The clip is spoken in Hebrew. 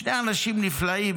שני אנשים נפלאים.